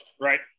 Right